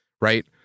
right